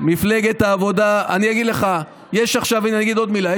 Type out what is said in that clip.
מפלגת העבודה, הינה אני אגיד עוד מילה.